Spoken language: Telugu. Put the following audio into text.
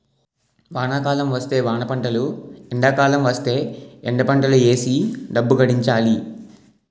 వానాకాలం వస్తే వానపంటలు ఎండాకాలం వస్తేయ్ ఎండపంటలు ఏసీ డబ్బు గడించాలి